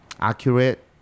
accurate